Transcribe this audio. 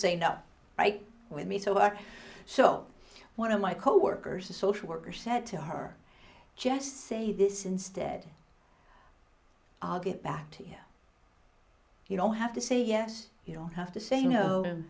say no right with me so far so one of my coworkers a social worker said to her just say this instead i'll get back to you you don't have to say yes you don't have to say